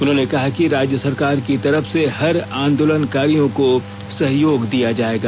उन्होंने कहा कि राज्य सरकार की तरफ से हर आंदोलनकारियों को सहयोग दिया जाएगा